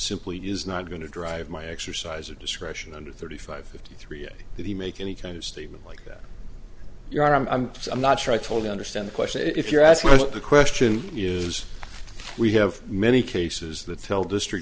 simply is not going to drive my exercise of discretion under thirty five fifty three yet did he make any kind of statement like that you are i'm i'm not sure i totally understand the question if you're asked what the question is we have many cases that tell district